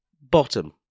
Bottom